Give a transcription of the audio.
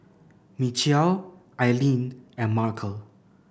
Michial Aileen and Markel